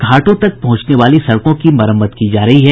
घाटों तक पहुंचने वाली सड़कों की मरम्मत की जा रही है